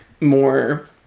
more